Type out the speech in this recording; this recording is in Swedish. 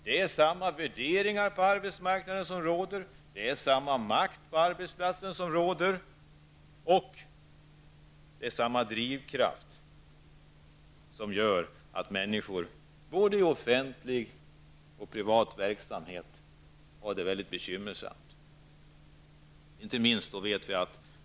Det är samma värderingar som råder på arbetsmarknaden, det är samma makt som råder på arbetsplatsen, och det är samma drivkraft som gör att människor i både offentlig och privat verksamhet har det väldigt bekymmersamt.